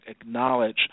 acknowledge